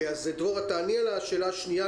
דרורה, תעני על השאלה השנייה.